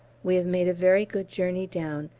we have made a very good journey down,